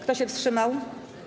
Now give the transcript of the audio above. Kto się wstrzymał?